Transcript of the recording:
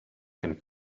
can